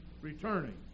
returning